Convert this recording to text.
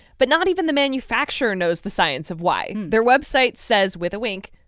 but not even the manufacturer knows the science of why. their website says, with a wink,